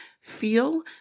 feel